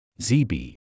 ZB